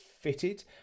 fitted